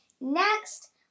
next